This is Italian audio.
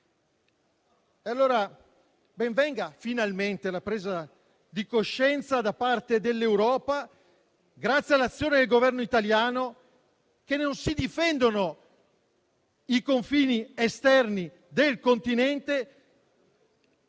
venga dunque, finalmente, la presa di coscienza da parte dell'Europa, grazie all'azione del Governo italiano, del fatto che non si difendono i confini esterni del continente,